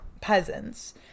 peasants